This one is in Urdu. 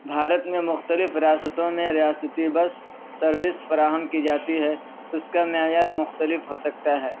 بھارت میں مختلف ریاستوں میں ریاستی بس سروس فراہم کی جاتی ہے اس کا معیار مختلف ہو سکتا ہے